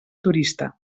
turista